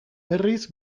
berriz